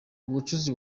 ubucuti